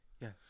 Yes